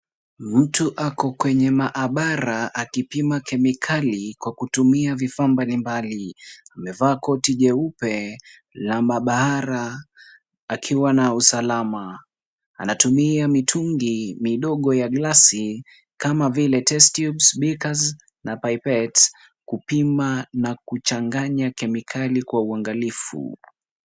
Mtu Ako kwenye maabara akipima kemikali kwa kutumia vifaa mbalimbali. Amevaa koti jeupe la maabara akiwa na usalama. Anatumia mitungi midogo ya glasi kama vile test tubes , beakers na pipette kupima na kuchanganya kemikali kwa uangalifu.